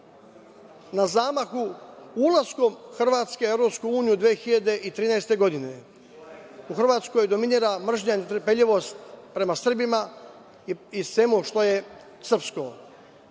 na zamaku ulaskom Hrvatske u EU, 2013. godine.U Hrvatskoj dominira mržnja i netrpeljivost prema Srbima i svemu što je srpsko.